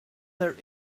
there